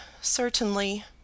certainly